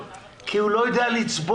כי הוא לא יודע לצבור.